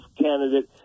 candidate